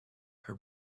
her